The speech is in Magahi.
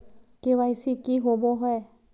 के.वाई.सी की होबो है?